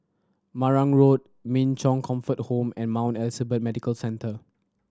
Marang Road Min Chong Comfort Home and Mount Elizabeth Medical Centre